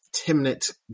Timnit